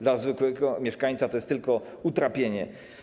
Dla zwykłego mieszkańca to jest tylko utrapienie.